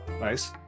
nice